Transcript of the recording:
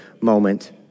moment